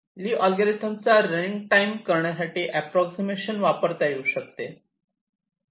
ली algorithm चा running time कमी करण्यासाठी अँप्रॉक्सिमेशन्स वापरता येऊ शकते